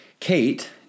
Kate